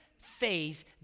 phase